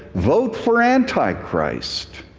vote for anti-christ.